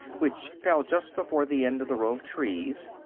which fell just before the end of the row of trees,